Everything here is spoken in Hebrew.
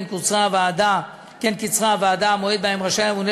כן קיצרה הוועדה את המועד שבו רשאי הממונה